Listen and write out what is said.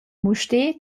mustér